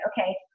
Okay